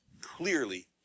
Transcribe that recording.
clearly